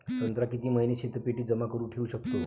संत्रा किती महिने शीतपेटीत जमा करुन ठेऊ शकतो?